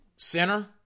center